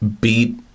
beat